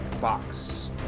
box